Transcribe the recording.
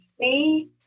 see